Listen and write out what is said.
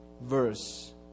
verse